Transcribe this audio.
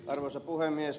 arvoisa puhemies